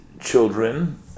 children